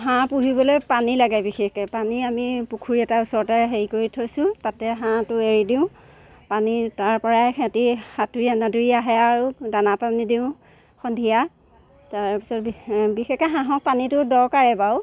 হাঁহ পোহিবলৈ পানি লাগে বিশেষকৈ পানী আমি পুখুৰী এটাৰ ওচৰতে হেৰি কৰি থৈছো তাতে হাঁহটো এৰি দিওঁ পানী তাৰপৰাই সিহঁতি সাঁতুৰি নাদোৰি আহে আৰু দানা পানী দিওঁ সন্ধিয়া তাৰপাছতে বিশে বিশেষকৈ হাঁহক পানীটো দৰকাৰে বাৰু